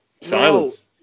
Silence